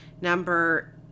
Number